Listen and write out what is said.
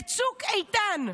בצוק איתן.